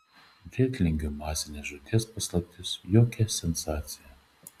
brėtlingių masinės žūties paslaptis jokia sensacija